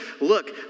Look